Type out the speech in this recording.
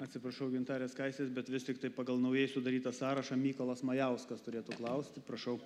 atsiprašau gintarės skaistės bet vis tiktai pagal naujai sudarytą sąrašą mykolas majauskas turėtų klausti prašau